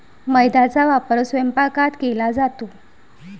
मैद्याचा वापर स्वयंपाकात केला जातो